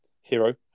hero